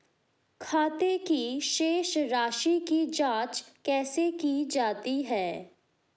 खाते की शेष राशी की जांच कैसे की जाती है?